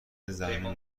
زنونه